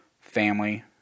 family